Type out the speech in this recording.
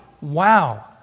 Wow